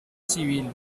civil